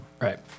Right